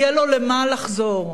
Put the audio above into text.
יהיה לו למה לחזור,